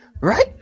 right